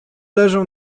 leżał